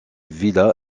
villa